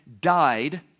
died